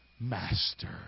Master